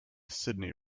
sydney